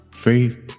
Faith